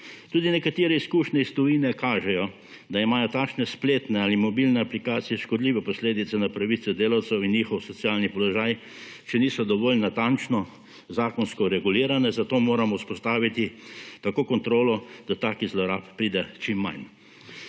Tudi nekatere izkušnje iz tujine kažejo, da imajo takšne spletne ali mobilne aplikacije škodljive posledice na pravice delavcev in njihov socialni položaj, če niso dovolj natančno zakonsko regulirane, zato moramo vzpostaviti tako kontrolo, da do takih zlorab pride čim manj.